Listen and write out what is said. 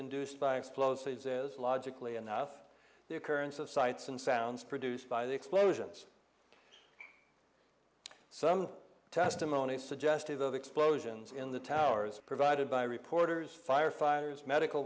induced by explosives is logically enough the occurrence of sights and sounds produced by the explosions some testimony suggestive of explosions in the towers provided by reporters firefighters medical